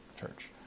church